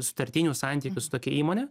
sutartinių santykių su tokia įmone